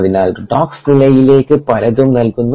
അതിനാൽ റെഡോക്സ് നിലയിലേക്ക് പലതും നല്കുന്നു